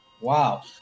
Wow